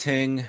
Ting